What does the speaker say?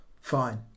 fine